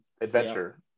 adventure